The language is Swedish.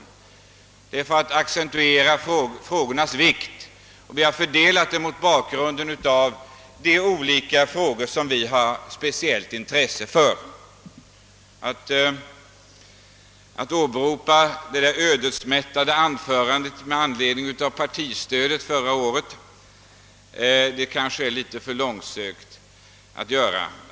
Vi har gjort det för att accentuera frågornas vikt. Var och en av oss har talat om de spörsmål som vi har speciellt intresse för. Att åberopa det »ödesmättade» anförandet med anledning av partistödet förra året är kanske litet för långsökt.